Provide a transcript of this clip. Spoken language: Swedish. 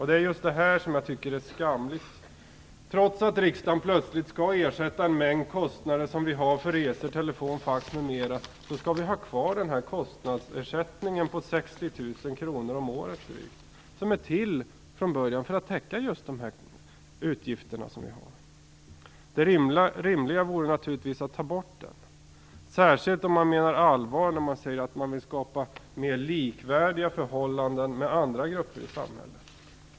Det är just det här jag tycker är skamligt. Trots att riksdagen plötsligt skall ersätta en mängd kostnader som vi har för resor, telefon, fax, m.m. skall vi ha kvar kostnadsersättningen på drygt 60 000 kr om året som från början är till just för att täcka de utgifter vi har. Det rimliga vore naturligtvis att ta bort den, särskilt om man menar allvar när man säger att man vill skapa mer likvärdiga förhållanden med andra grupper i samhället.